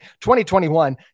2021